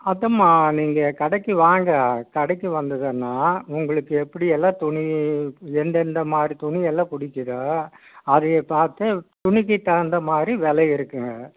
அதாம்மா நீங்கள் கடைக்கு வாங்க கடைக்கு வந்ததுன்னா உங்களுக்கு எப்படியெல்லாம் துணி எந்தெந்த மாதிரி துணியெல்லாம் பிடிக்கிதோ அதையே பார்த்து துணிக்கு தகுந்த மாதிரி வெலை இருக்குங்க